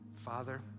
Father